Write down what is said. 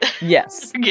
Yes